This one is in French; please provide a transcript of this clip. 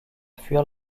fuir